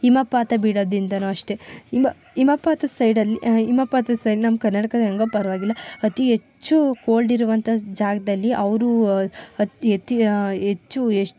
ಹಿಮಪಾತ ಬೀಳೋದ್ರಿಂದಲೂ ಅಷ್ಟೇ ಹಿಮ ಹಿಮಪಾತ ಸೈಡಲ್ಲಿ ಹಿಮಪಾತ ಸೈ ನಮ್ಮ ಕರ್ನಾಟಕದಾಗ ಹೇಗೋ ಪರ್ವಾಗಿಲ್ಲ ಅತಿ ಹೆಚ್ಚು ಕೋಲ್ಡ್ ಇರುವಂಥ ಜಾಗದಲ್ಲಿ ಅವರು ಅತಿ ಅತಿ ಹೆಚ್ಚು